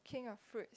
king of fruits